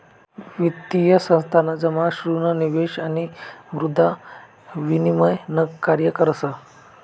वित्तीय संस्थान जमा ऋण निवेश आणि मुद्रा विनिमय न कार्य करस